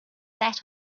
that